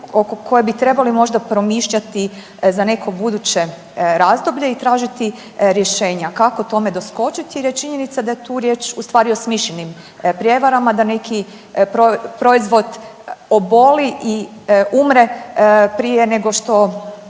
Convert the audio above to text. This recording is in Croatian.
koje bi trebali možda promišljati za neko buduće razdoblje i tražiti rješenja kako tome doskočiti jer je činjenica da je tu riječ ustvari o smišljenim prijevarama, neki proizvod oboli i umre prije nego što